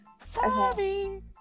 Sorry